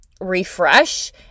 refresh